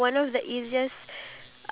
yes I did